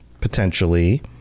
potentially